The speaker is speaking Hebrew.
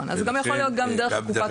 זה יכול להיות גם דרך קופת חולים.